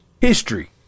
history